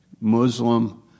Muslim